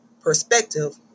perspective